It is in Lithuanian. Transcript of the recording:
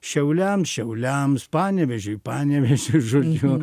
šiauliams šiauliams panevėžiui panevėžiui žodžiu